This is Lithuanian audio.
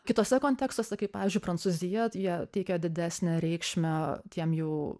kituose kontekstuose kaip pavyzdžiui prancūzija jie teikia didesnę reikšmę tiem jų